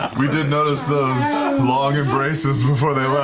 we did notice those long embraces before they